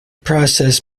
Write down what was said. process